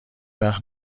وقت